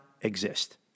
exist